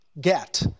get-